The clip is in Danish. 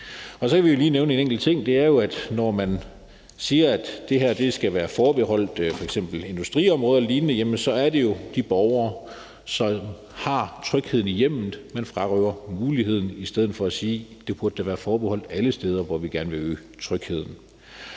Så kan vi jo lige nævne en enkelt ting, og det er, at når man siger, at det her skal være forbeholdt f.eks. industriområder og lignende, så er det jo de borgere, som har trygheden i hjemmet, man frarøver muligheden, i stedet for at sige, at det da burde være forbeholdt alle steder, hvor vi gerne vil øge trygheden.